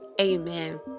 amen